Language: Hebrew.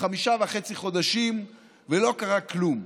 חמישה וחצי חודשים, ולא קרה כלום.